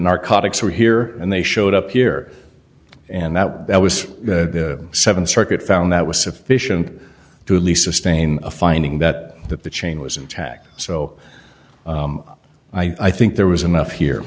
narcotics were here and they showed up here and that was the th circuit found that was sufficient to at least sustain a finding that that the chain was intact so i think there was enough here